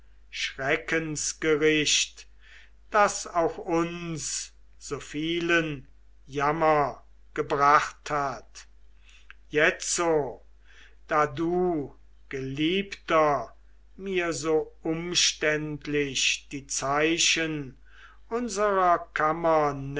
schreckensgericht das auch uns so vielen jammer gebracht hat jetzo da du geliebter mir so umständlich die zeichen